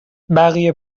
بقیه